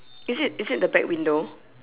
is it is it the back window